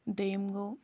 دۄیِم گوٚو